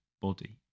body